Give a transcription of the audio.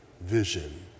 vision